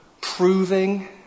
proving